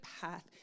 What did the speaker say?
path